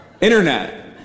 Internet